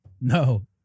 no